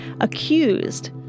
accused